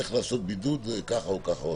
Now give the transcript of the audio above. איך לעשות בידוד כך או אחרת.